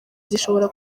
zishobora